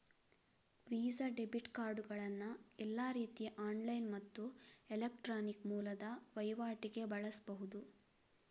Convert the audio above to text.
visa debit ಕಾರ್ಡುಗಳನ್ನ ಎಲ್ಲಾ ರೀತಿಯ ಆನ್ಲೈನ್ ಮತ್ತು ಎಲೆಕ್ಟ್ರಾನಿಕ್ ಮೂಲದ ವೈವಾಟಿಗೆ ಬಳಸ್ಬಹುದು